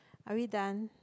are we done